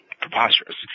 preposterous